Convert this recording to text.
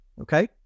okay